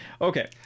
Okay